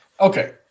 Okay